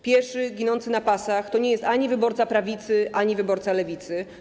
Pieszy ginący na pasach to nie jest ani wyborca prawicy, ani wyborca lewicy.